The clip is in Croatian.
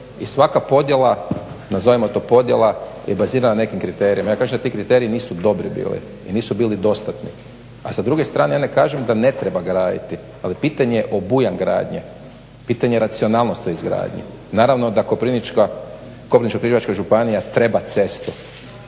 i svaka podjela, nazovimo to podjela je bazirana na nekim kriterijima. Ja kažem da ti kriteriji nisu dobri bili i nisu bili dostatni. A sa druge strane ja ne kažem da ne treba graditi ali pitanje je obujam gradnje, pitanje racionalnost toj izgradnji. Naravno da Koprivničko-križevačka županija treba cestu,